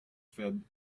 fed